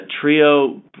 Trio